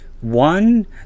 One